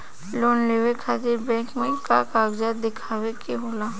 Loan लेवे खातिर bank मे का कागजात दिखावे के होला?